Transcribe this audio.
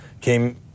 came